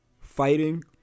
fighting